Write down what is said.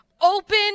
Open